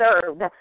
served